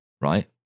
right